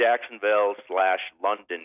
Jacksonville-slash-London